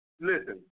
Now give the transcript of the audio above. Listen